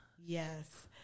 yes